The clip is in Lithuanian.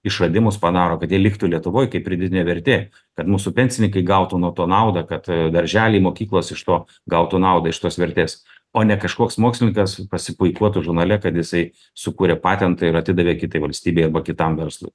išradimus padaro kad jie liktų lietuvoj kaip pridėtinė vertė kad mūsų pensininkai gautų nuo to naudą kad darželiai mokyklos iš to gautų naudą iš tos vertės o ne kažkoks mokslininkas pasipuikuotų žurnale kad jisai sukūrė patentą ir atidavė kitai valstybei arba kitam verslui